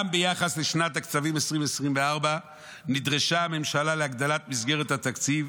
גם ביחס לשנת הכספים 2024 נדרשה הממשלה להגדלת מסגרת התקציב,